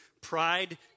Pride